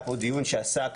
היה פה דיון שעסק,